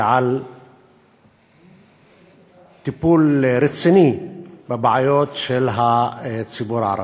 ועל טיפול רציני בבעיות של הציבור הערבי.